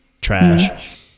Trash